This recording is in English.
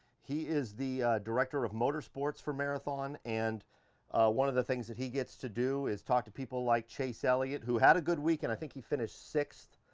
he is the director of motor sports for marathon and one of the things that he gets to do is talk to people like chase elliott, who had a good week and i think he finished sixth